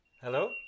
Hello